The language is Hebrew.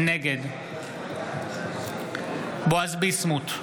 נגד בועז ביסמוט,